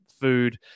food